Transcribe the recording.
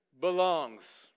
belongs